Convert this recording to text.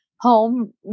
home